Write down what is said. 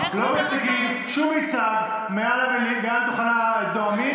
לא מציגים שום מיצג מעל דוכן הנואמים,